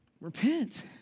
Repent